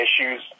issues